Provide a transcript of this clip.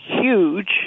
huge